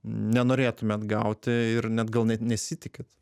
nenorėtumėt gauti ir net gal net nesitikit